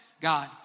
God